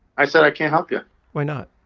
i said, i can't help you why not?